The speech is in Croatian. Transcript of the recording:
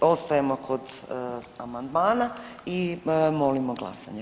Ostajemo kod amandmana i molimo glasanje.